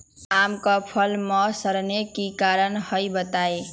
आम क फल म सरने कि कारण हई बताई?